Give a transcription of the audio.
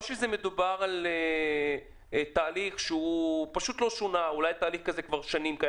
או שאולי מדובר בתהליך שפשוט לא שינו אותו במשך שנים.